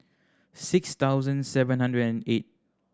six thousand seven hundred and eight